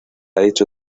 hecho